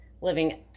living